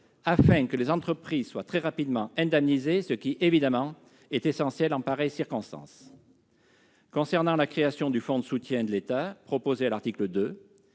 afin que les entreprises soient très rapidement indemnisées, ce qui est évidemment essentiel en pareille circonstance. Concernant la création du fonds de soutien de l'État proposé à l'article 2,